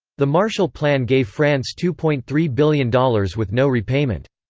the marshall plan gave france two point three billion dollars with no repayment.